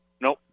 Nope